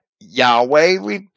Yahweh